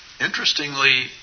Interestingly